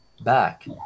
back